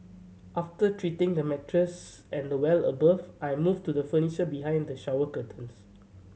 after treating the mattress and the well above I moved to the furniture behind the shower curtains